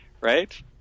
Right